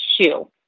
shoe